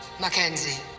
Mackenzie